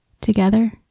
Together